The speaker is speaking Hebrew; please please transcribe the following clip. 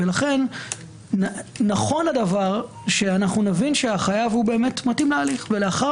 לכן נכון הדבר שנבין שהחייב באמת מתאים להליך ולאחר